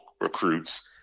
recruits